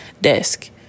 desk